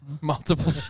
Multiple